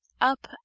Up